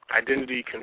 identity